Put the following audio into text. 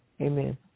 Amen